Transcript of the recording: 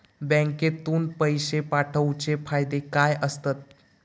बँकेतून पैशे पाठवूचे फायदे काय असतत?